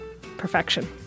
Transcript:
Perfection